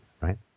right